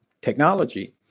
technology